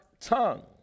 tongue